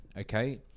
okay